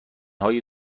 های